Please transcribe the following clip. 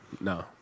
No